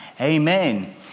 Amen